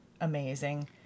amazing